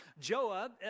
Joab